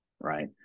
right